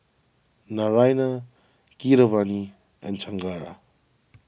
Naraina Keeravani and Chengara